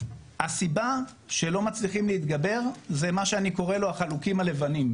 הסיבה שלא מצליחים להתגבר על זה זה מה שאני קורא לו "החלוקים הלבנים",